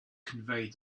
conveyed